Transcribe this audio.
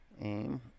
aim